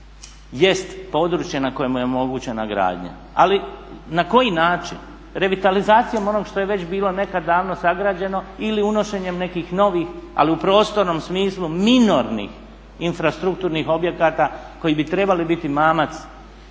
jest područje na kojemu je omogućena gradnja, ali na koji način? Revitalizacijom onog što je već bilo nekad davno sagrađeno ili unošenjem nekih novih, ali u prostornom smislu minornih infrastrukturnih objekata koji bi trebali biti mamac